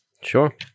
Sure